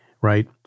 right